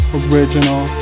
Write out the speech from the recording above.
original